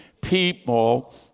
people